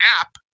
app